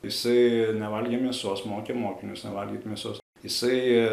jisai nevalgė mėsos mokė mokinius nevalgyt mėsos jisai